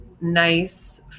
nice